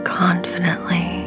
confidently